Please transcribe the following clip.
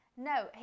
No